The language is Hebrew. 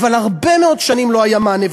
אבל הרבה מאוד שנים לא היה מענה.